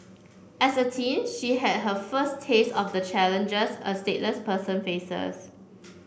as a teen she had her first taste of the challenges a stateless person faces